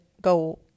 go